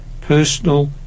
personal